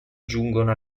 giungono